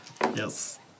Yes